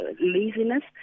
laziness